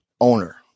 owner